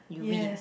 yes